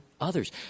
others